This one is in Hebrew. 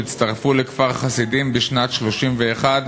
הצטרפו לכפר-חסידים בשנת 1931,